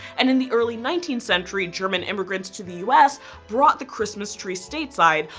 and in the early nineteenth century german immigrants to the us brought the christmas tree stateside,